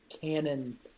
Canon